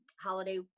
holiday